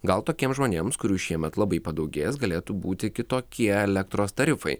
gal tokiem žmonėms kurių šiemet labai padaugės galėtų būti kitokie elektros tarifai